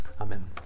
Amen